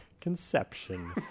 conception